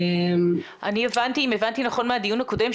אם הבנתי נכון מהדיון הקודם,